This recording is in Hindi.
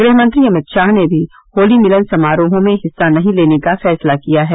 गृहमंत्री अमित शाह ने भी होली मिलन समारोहों में हिस्सा नहीं लेने का फैसला किया है